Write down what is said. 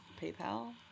PayPal